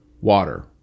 water